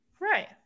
Right